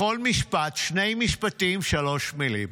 בכל משפט, שני משפטים, שלוש מילים.